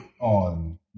on